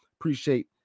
appreciate